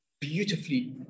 beautifully